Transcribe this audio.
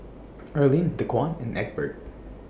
Arlin Dequan and Egbert